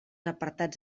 apartats